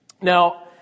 Now